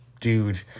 dude